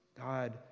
God